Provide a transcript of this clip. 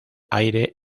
aire